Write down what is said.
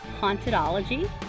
hauntedology